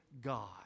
God